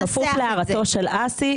בכפוף להערתו של אסי,